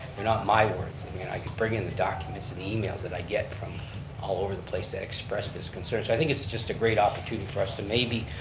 they're not my words. i mean i could bring in the documents and emails that i get from all over the place that express this concern. so i think it's just a great opportunity for us to maybe,